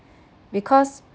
because